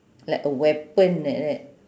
like a weapon like that